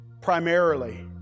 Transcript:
primarily